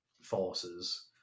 forces